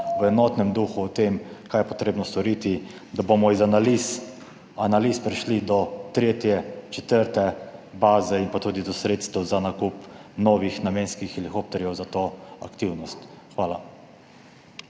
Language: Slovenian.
v enotnem duhu, o tem, kaj je potrebno storiti, da bomo od analiz prišli do tretje, četrte baze in tudi do sredstev za nakup novih namenskih helikopterjev za to aktivnost. Hvala.